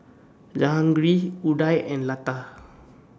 Jehangirr Udai and Lata